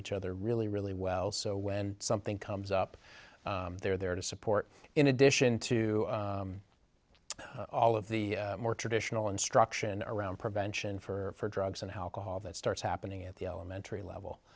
each other really really well so when something comes up they're there to support in addition to all of the more traditional instruction around prevention for drugs and alcohol that starts happening at the elementary level